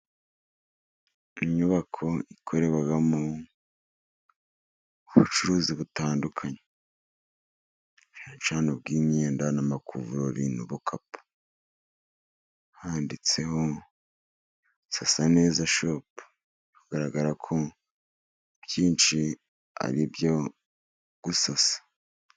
Inyubako ikoremo ubucuruzi butandukanye cyane cyane ubw'imyenda, n'amakuvureri, n'ibikapu. Handitseho sasa neza shopu, bigaragara ko ibyinshi ari ibyo gusasa.